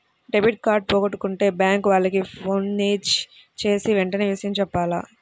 debit card పోగొట్టుకుంటే bank వాళ్లకి ఫోన్జేసి వెంటనే విషయం జెప్పాల